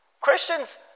Christians